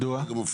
מדוע?